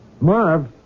Marv